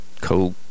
Coke